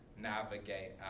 navigate